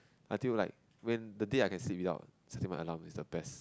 until like when the day I can sleep without setting my alarm is the best